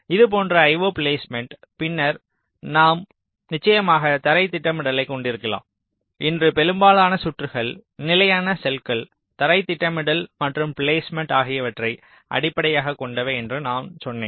இது போன்ற IO placement பின்னர் நாம் நிச்சயமாக தரைத் திட்டமிடலைக் கொண்டிருக்கலாம் இன்று பெரும்பாலான சுற்றுகள் நிலையான செல்கள் தரைத் திட்டமிடல் மற்றும் பிலேஸ்மேன்ட் ஆகியவற்றை அடிப்படையாகக் கொண்டவை என்று நான் சொன்னேன்